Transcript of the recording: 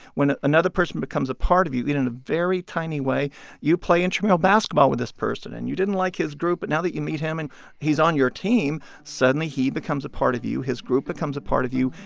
when another person becomes a part of you, even in a very tiny way you play instrumental basketball with this person. and you didn't like his group. but now that you meet him and he's on your team, suddenly he becomes a part of you. his group becomes a part of you.